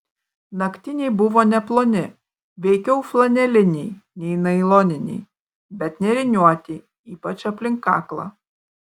naktiniai buvo neploni veikiau flaneliniai nei nailoniniai bet nėriniuoti ypač aplink kaklą